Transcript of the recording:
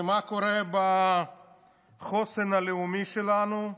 ומה קורה בחוסן הלאומי שלנו?